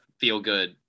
feel-good